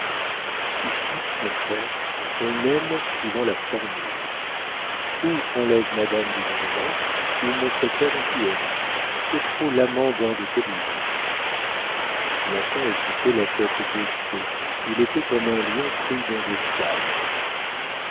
ici mon cher on aime suivant la formule ou enlève madame de vandenesse ou montre-toi gentilhomme tu es trop l'amant d'un de tes livres nathan écoutait la tête baissée il était comme un lion pris dans des toiles